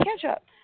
catch-up